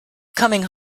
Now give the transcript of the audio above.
coming